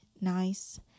nice